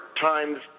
times